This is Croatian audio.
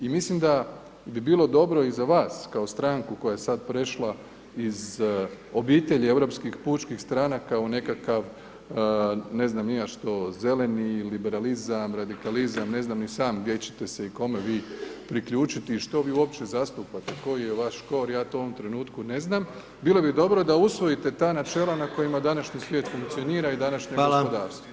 I mislim da bi bilo dobro i za vas kao stranku koja je sad prešla iz obitelji europskih pučkih stranaka u nekakav ne znam ni ja što, zeleni liberalizam, radikalizam, ne znam ni sam gdje čete se i kome vi priključiti i što vi uopće zastupate, koji je vaš kor, ja to u ovom trenutku ne znam bilo bi dobro da usvojite ta načela na kojima današnji svijet funkcionira i današnje [[Upadica: Hvala.]] gospodarstvo.